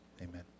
Amen